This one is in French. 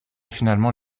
finalement